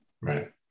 right